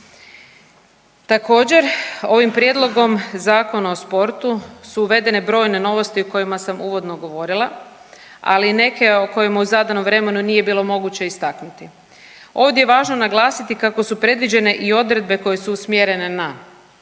Također ovim prijedlogom Zakona o sportu su uvedene brojne novosti o kojima sam uvodno govorila, ali i neke o kojima u zadanom vremenu nije bilo moguće istaknuti. Ovdje je važno naglasiti kako su predviđene i odredbe koje su usmjerene na